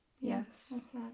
yes